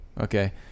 Okay